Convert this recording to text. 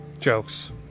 Jokes